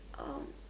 um